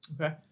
Okay